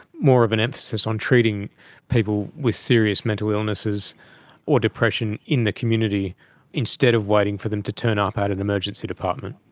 more of an emphasis on treating people with serious mental illnesses or depression in the community instead of waiting for them to turn up at an emergency department?